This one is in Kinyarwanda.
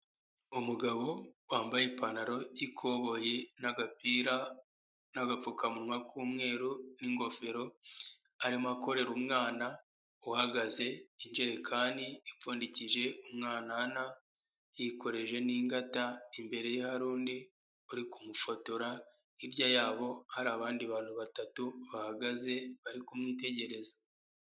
Umugabo wambaye ipantaro y'ikoboye n'agapira n'agapfukamunwa k'umweru n'ingofero, arimo akorera umwana uhagaze ijerekani ipfundikije umwana yikoreje n'ingata, imbere ye hari undi uri kumufotora, hirya yabo hari abandi bantu batatu bahagaze bari kumwitegereza.